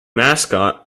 mascot